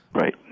Right